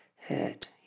hurt